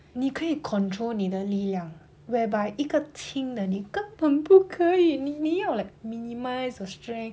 你可以 control 你的力量 whereby 一个轻的你根本不可以你你要 like minimize your strength